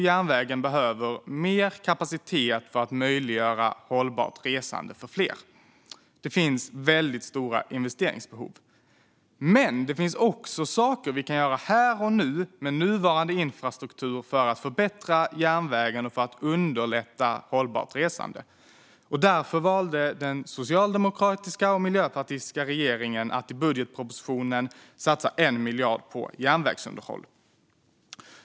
Järnvägen behöver mer kapacitet för att möjliggöra hållbart resande för fler. Det finns väldigt stora investeringsbehov. Men det finns också saker vi kan göra här och nu, med nuvarande infrastruktur, för att förbättra järnvägen och underlätta hållbart resande. Därför valde den socialdemokratiska och miljöpartistiska regeringen att i budgetpropositionen satsa 1 miljard på järnvägsunderhåll.